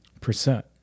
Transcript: percent